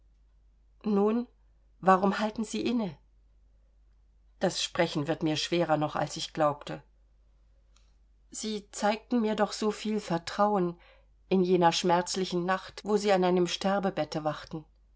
nun warum halten sie inne das sprechen wird mir schwerer noch als ich glaubte sie zeigten mir doch so viel vertrauen in jener schmerzlichen nacht wo sie an einem sterbebette wachten